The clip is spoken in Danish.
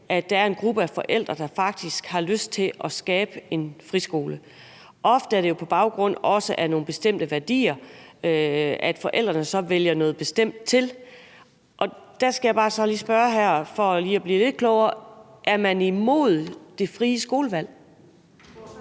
at der er en gruppe af forældre, der faktisk har lyst til at skabe en friskole. Ofte er det jo også på baggrund af nogle bestemte værdier, at forældrene så vælger noget bestemt til – og der skal jeg så bare lige spørge her for at blive lidt klogere: Er man imod det frie skolevalg?